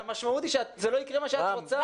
המשמעות היא שלא יקרה מה שאת רוצה.